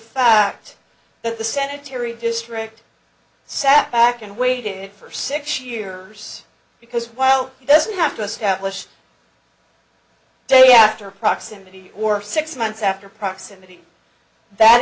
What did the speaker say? fact that the secretary district sat back and waited for six years because while he doesn't have to establish a day after proximity or six months after proximity that